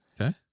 okay